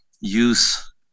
use